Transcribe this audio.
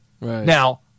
Now